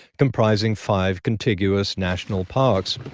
comprising five contiguous national parks.